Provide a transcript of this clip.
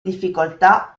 difficoltà